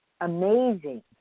Amazing